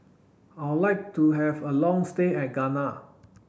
I would like to have a long stay in Ghana